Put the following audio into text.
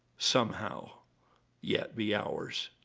somehow yet be ours.